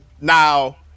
now